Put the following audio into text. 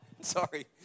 Sorry